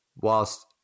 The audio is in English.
whilst